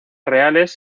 reales